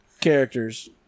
characters